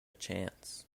chance